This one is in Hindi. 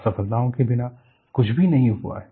असफलताओं के बिना कुछ भी नहीं हुआ है